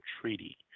treaty